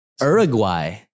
Uruguay